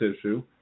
issue